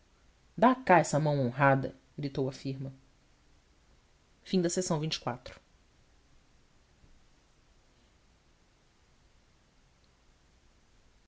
dá cá essa mão honrada gritou a firma